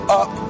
up